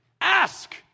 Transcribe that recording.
ask